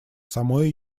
самой